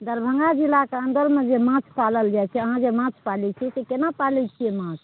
दरभङ्गा जिलाके अन्दरमे जे माँछ पालल जाइत छै अहाँ जे माँछ पालैत छियै से केना पालैत छियै माँछ